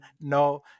no